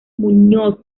muñoz